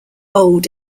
old